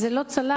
וזה לא צלח.